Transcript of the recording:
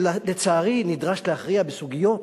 שלצערי נדרש להכריע בסוגיות